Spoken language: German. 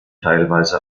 teilweise